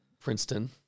Princeton